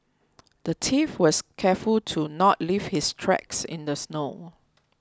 the thief was careful to not leave his tracks in the snow